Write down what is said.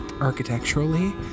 architecturally